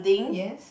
yes